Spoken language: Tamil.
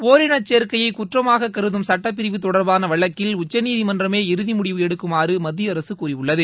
ஒரினசேர்க்கையை குற்றமாக கருதும் சட்டப்பிரிவு தொடர்பான வழக்கில் உச்சநீதிமன்றமே இறுதி முடிவு எடுக்குமாறு மத்தியஅரசு கூறியுள்ளது